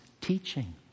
teaching